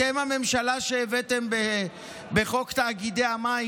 אתם הממשלה שהביאה בחוק תאגידי המים